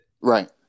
Right